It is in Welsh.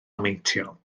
meintiol